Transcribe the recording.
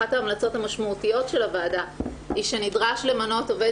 אחת ההמלצות המשמעותיות של הוועדה היא שנדרש למנות עובד